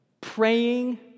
praying